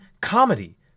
comedy